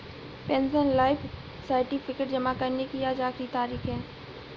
pensioner life certificate जमा करने की आज आखिरी तारीख है